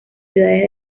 ciudades